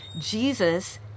Jesus